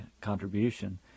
contribution